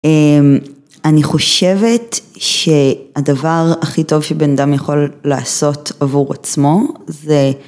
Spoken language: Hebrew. אני חושבת שהדבר הכי טוב שבן אדם יכול לעשות עבור עצמו זה